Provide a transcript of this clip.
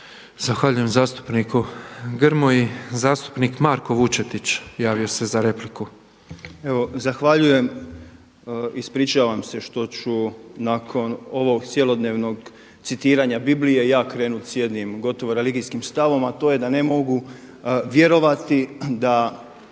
Zahvaljujem zastupniku Grmoji. Zastupnik Marko Vučetić javio se za repliku. **Vučetić, Marko (Nezavisni)** Evo zahvaljujem. Ispričavam se što ću nakon ovog cjelodnevnog citiranja Biblije i ja krenuti sa jednim gotovo religijskim stavom, a to je da ne mogu vjerovati da